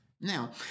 Now